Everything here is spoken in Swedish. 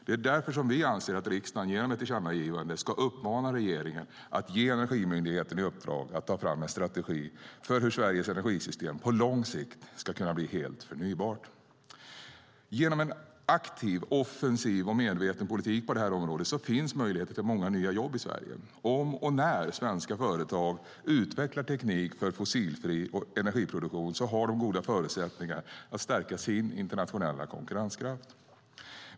Det är därför som vi anser att riksdagen genom ett tillkännagivande ska uppmana regeringen att ge Energimyndigheten i uppdrag att ta fram en strategi för hur Sveriges energisystem på lång sikt ska kunna bli helt förnybart. Genom en aktiv, offensiv och medveten politik på det här området finns möjligheter till många nya jobb i Sverige. Om och när svenska företag utvecklar teknik för fossilfri energiproduktion har de goda förutsättningar att stärka sin internationella konkurrenskraft.